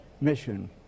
mission